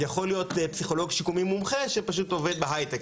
יכול להיות פסיכולוג שיקומי מומחה שפשוט עובד בהייטק,